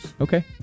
Okay